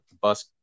bus